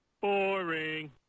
Boring